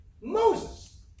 Moses